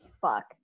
Fuck